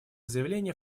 заявление